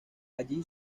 allí